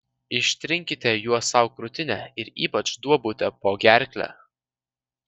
ištrinkite juo sau krūtinę ir ypač duobutę po gerkle